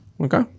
Okay